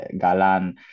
Galan